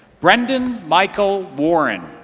brandon michael warren.